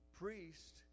priest